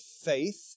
faith